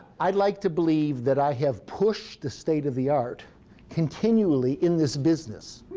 i'd like to believe that i have pushed the state of the art continually in this business.